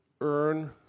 earn